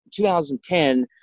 2010